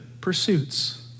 pursuits